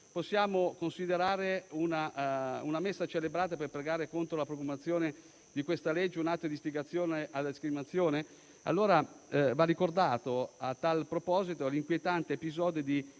Possiamo considerare una messa celebrata per pregare contro la programmazione di questa legge un atto di istigazione alla discriminazione? Va ricordato a tal proposito l'inquietante episodio di